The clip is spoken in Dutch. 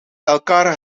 elkaar